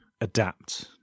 adapt